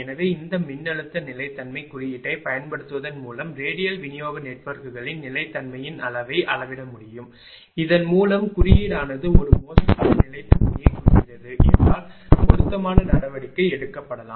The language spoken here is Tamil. எனவே இந்த மின்னழுத்த நிலைத்தன்மை குறியீட்டைப் பயன்படுத்துவதன் மூலம் ரேடியல் விநியோக நெட்வொர்க்குகளின் நிலைத்தன்மையின் அளவை அளவிட முடியும் இதன் மூலம் குறியீடானது ஒரு மோசமான நிலைத்தன்மையைக் குறிக்கிறது என்றால் பொருத்தமான நடவடிக்கை எடுக்கப்படலாம்